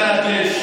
אני רוצה להדגיש.